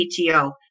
PTO